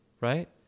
right